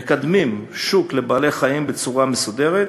מקדמים שוק לבעלי-חיים בצורה מסודרת.